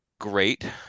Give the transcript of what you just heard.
great